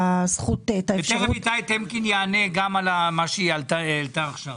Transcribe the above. תכף איתי טמקין יענה על מה שהעלית עכשיו.